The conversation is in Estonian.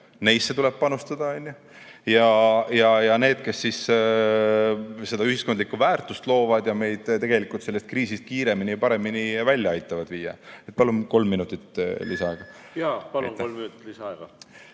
Neisse tuleb panustada ja nendesse, kes ühiskondlikku väärtust loovad ja meid tegelikult sellest kriisist kiiremini ja paremini välja aitavad viia. Palun kolm minutit lisaaega!